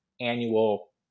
annual